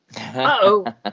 Uh-oh